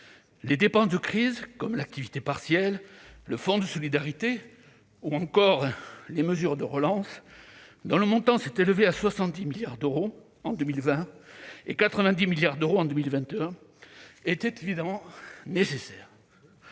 Les dépenses de crise, comme l'activité partielle, le fonds de solidarité ou encore les mesures de relance, dont le montant s'est élevé à 70 milliards d'euros en 2020 et 90 milliards d'euros en 2021, étaient évidemment nécessaires.